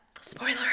spoiler